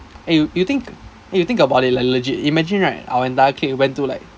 eh you think eh you think about it like legit imagine right our entire clique went to like